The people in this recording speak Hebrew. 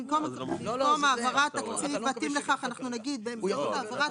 אז במקום "העברת תקציב המתאים לכך" אנחנו נגיד "באמצעות העברת